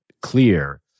clear